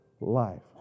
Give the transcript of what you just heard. life